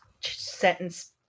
sentence